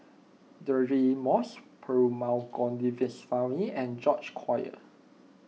Deirdre Moss Perumal Govindaswamy and George Collyer